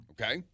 Okay